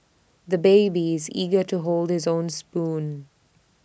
the baby is eager to hold his own spoon